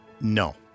No